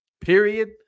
period